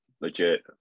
legit